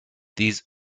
these